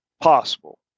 possible